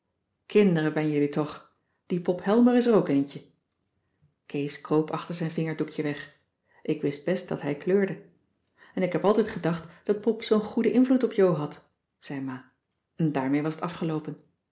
kinderen ben jullie toch die pop helmer is er ook eentje kees kroop achter zijn vingerdoekje weg ik wist best dat hij kleurde en ik heb altijd gedacht dat pop zoo'n goede invloed op jo had zei ma en daarmee was t afgeloopen